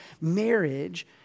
marriage